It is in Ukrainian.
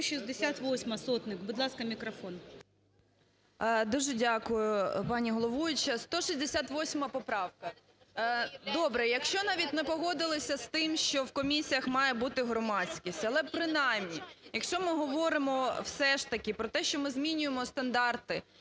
168-а, Сотник. Будь ласка, мікрофон. 13:02:53 СОТНИК О.С. Дуже дякую, пані головуюча. 168 поправка, добре, якщо навіть не погодились з тим, що в комісіях має бути громадськість. Але принаймні якщо ми говоримо все ж таки про те, що ми змінюємо стандарти